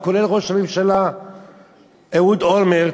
כולל ראש הממשלה אהוד אולמרט,